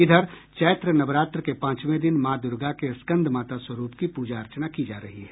इधर चैत्र नवरात्र के पांचवें दिन माँ दुर्गा के स्कंदमाता स्वरूप की पूजा अर्चना की जा रही है